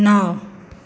नओ